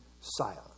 silence